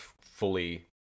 fully